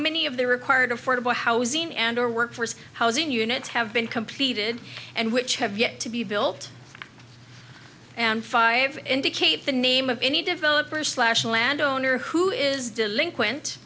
many of the required affordable housing and or workforce housing units have been completed and which have yet to be built and five indicate the name of any developer slash land owner who is delinquent